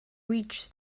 reached